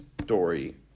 story